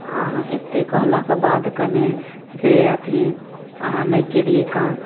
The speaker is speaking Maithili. अहाँके एतेक कहलाके बाद कनि से अथी अहाँ नहि केलिए काम